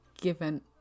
given